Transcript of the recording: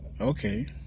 okay